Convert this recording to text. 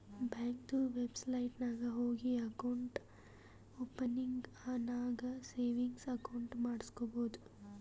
ಬ್ಯಾಂಕ್ದು ವೆಬ್ಸೈಟ್ ನಾಗ್ ಹೋಗಿ ಅಕೌಂಟ್ ಓಪನಿಂಗ್ ನಾಗ್ ಸೇವಿಂಗ್ಸ್ ಅಕೌಂಟ್ ಮಾಡುಸ್ಕೊಬೋದು